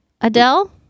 Adele